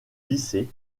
lycée